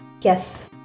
Yes